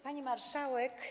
Pani Marszałek!